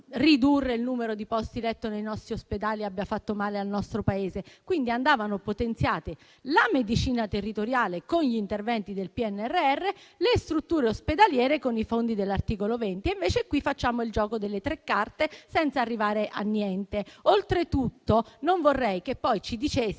riduzione del numero dei posti letto nei nostri ospedali abbia fatto male al nostro Paese. Andavano potenziate la medicina territoriale, con gli interventi del PNRR, e le strutture ospedaliere, con i fondi dell'articolo 20. Invece qui facciamo il gioco delle tre carte, senza arrivare a niente. Oltretutto, non vorrei che poi ci diceste,